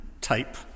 type